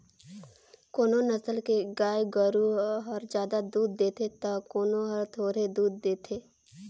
कोनो नसल के गाय गोरु हर जादा दूद देथे त कोनो हर थोरहें दूद देथे